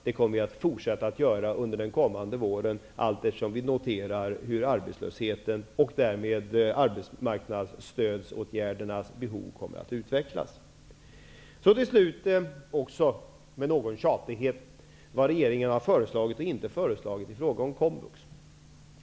Det kommer vi att fortsätta att göra under våren allt eftersom vi noterar hur arbetslösheten och därmed behoven av åtgärder på arbetsmarknaden kommer att utvecklas. Till slut vill jag, med risk för att vara tjatig, tala om vad regeringen har föreslagit och inte föreslagit när det gäller Komvux.